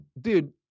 Dude